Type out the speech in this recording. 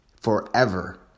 forever